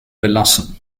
belassen